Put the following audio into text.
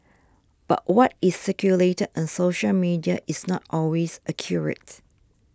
but what is circulated on social media is not always accurate